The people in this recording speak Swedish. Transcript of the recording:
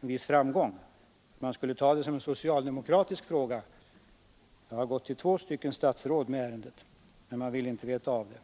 en viss framgång om man tog det som en socialdemokratisk fråga. Jag har gått till två statsråd med ärendet, men man ville inte veta av det.